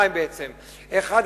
ובעצם על שניים: אחד,